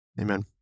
Amen